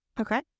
Okay